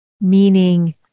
Meaning